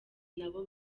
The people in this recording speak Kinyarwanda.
nabo